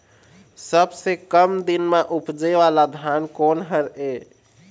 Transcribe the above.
सबसे कम दिन म उपजे वाला धान कोन हर ये?